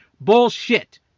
Bullshit